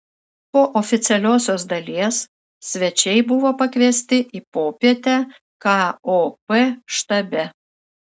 po oficialiosios dalies svečiai buvo pakviesti į popietę kop štabe